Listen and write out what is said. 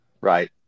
Right